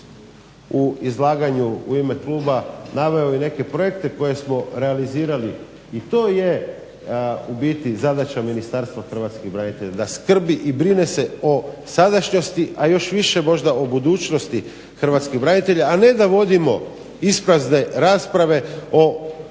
u izlaganju u ime kluba naveo neke projekte koje smo realizirali i to je u biti zadaća Ministarstva hrvatskih branitelja, da skrbi i brine se o sadašnjosti, a još više možda o budućnosti hrvatskih branitelja, a ne da vodimo isprazne rasprave o nekim